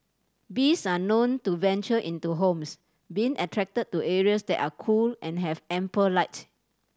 bees are known to venture into homes being attracted to areas that are cool and have ample light